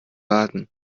warten